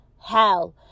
hell